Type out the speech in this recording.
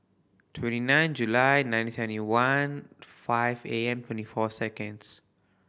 twenty nine July nineteen seventy one five A M twenty four seconds